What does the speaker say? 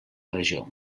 regió